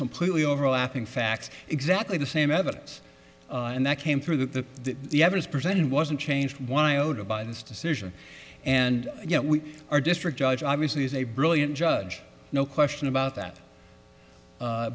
completely overlapping facts exactly the same evidence and that came through the evidence presented wasn't changed one iota by this decision and yet we our district judge obviously is a brilliant judge no question about that